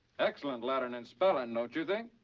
excellent lettering and spelling, don't you think?